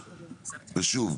ושוב,